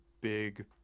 big